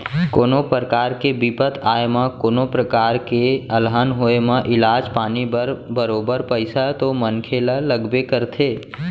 कोनो परकार के बिपत आए म कोनों प्रकार के अलहन होय म इलाज पानी बर बरोबर पइसा तो मनसे ल लगबे करथे